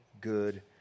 good